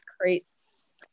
crates